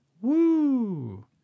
Woo